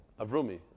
Avrumi